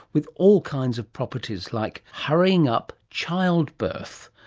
with all kinds of properties, like hurrying up childbirth.